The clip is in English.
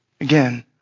again